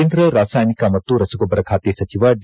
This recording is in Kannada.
ಕೇಂದ್ರ ರಾಸಾಯನಿಕ ಮತ್ತು ರಸಗೊಬ್ಬರ ಖಾತೆ ಸಚಿವ ಡಿ